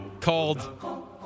called